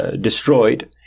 destroyed